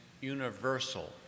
universal